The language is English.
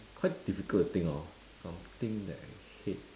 quite difficult to think of something that I hate